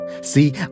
See